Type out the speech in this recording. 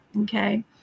okay